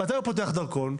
מתי הוא פותח דרכון?